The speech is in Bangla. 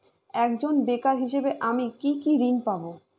একজন বেকার হিসেবে আমি কি কি ঋণ পাব?